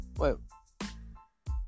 Wait